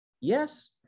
Yes